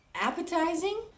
Appetizing